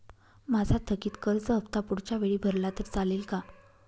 माझा थकीत कर्ज हफ्ता पुढच्या वेळी भरला तर चालेल का?